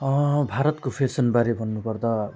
भारतको फेसनबारे भन्नुपर्दा